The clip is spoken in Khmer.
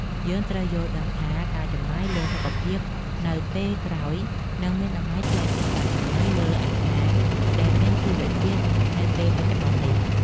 យើងត្រូវយល់ដឹងថាការចំណាយលើសុខភាពនៅពេលក្រោយនឹងមានតម្លៃថ្លៃជាងការចំណាយលើអាហារដែលមានជីវជាតិនៅពេលបច្ចុប្បន្ននេះ។